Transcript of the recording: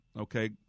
Okay